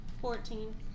Fourteen